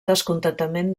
descontentament